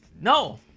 no